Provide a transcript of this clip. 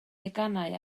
deganau